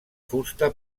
fusta